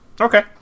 Okay